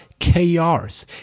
KRs